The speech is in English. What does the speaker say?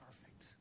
perfect